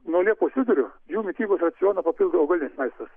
nuo liepos vidurio jų mitybos racioną papildo augalinis maistas